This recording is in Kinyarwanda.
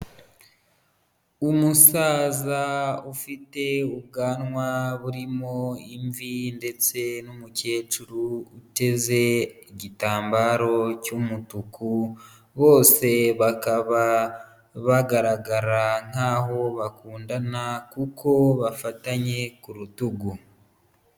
Umusaza ufite ubwanwa burimo imvi ndetse n'umukecuru uteze igitambaro cy'umutuku bose bakaba bagaragara nkaho bakundana kuko bafatanye ku rutugu.